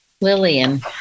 Lillian